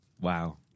Wow